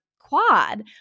quad